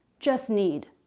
just need,